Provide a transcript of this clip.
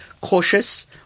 cautious